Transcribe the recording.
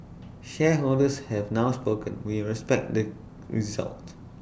shareholders have now spoken we respect the result